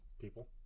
People